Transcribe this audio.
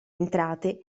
entrate